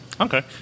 Okay